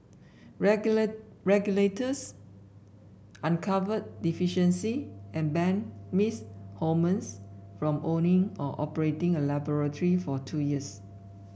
regular regulators uncovered deficiencies and banned Ms Holmes from owning or operating a laboratory for two years